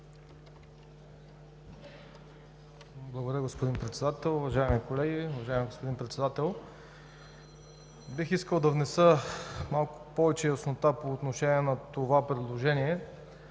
Благодаря Ви, господин Председател. Уважаеми колеги, уважаеми господин Председател! Бих искал да внеса малко повече яснота по отношение на това предложение,